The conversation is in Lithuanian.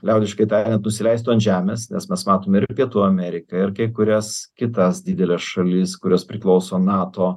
liaudiškai tariant nusileistų ant žemės nes mes matome ir pietų ameriką ir kai kurias kitas dideles šalis kurios priklauso nato